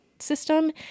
system